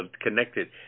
connected